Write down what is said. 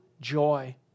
Joy